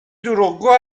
دروغگو